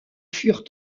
furent